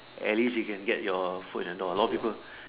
at least you can get your foot in the door a lot of people